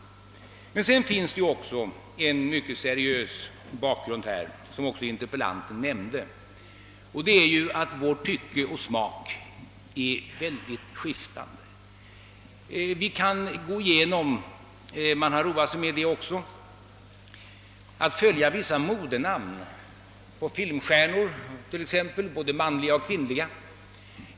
Men sedan finns det också en seriös bakgrund härvidlag, såsom interpellanten nämnde, och det är att tycke och smak är mycket skiftande. Man har roat sig med att följa vissa modenamn — namn på filmstjärnor t.ex., både manliga och kvinnliga.